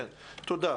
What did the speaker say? תודה.